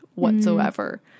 whatsoever